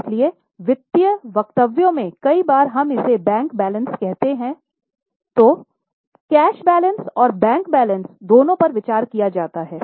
इसलिए वित्तीय वक्तव्यों में कई बार हम इसे बैंक बैलेंस कहते हैं तो कैश बैलेंस और बैंक बैलेंस दोनों पर विचार किया जाता है